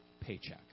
paycheck